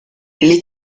les